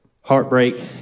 heartbreak